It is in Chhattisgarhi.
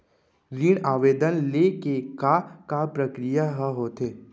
ऋण आवेदन ले के का का प्रक्रिया ह होथे?